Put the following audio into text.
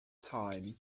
time